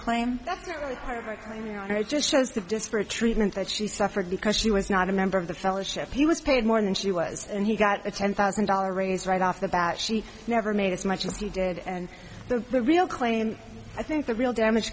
honor just shows the disparate treatment that she suffered because she was not a member of the fellowship he was paid more than she was and he got a ten thousand dollar raise right off the bat she never made as much as he did and the the real claim i think the real damage